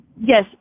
Yes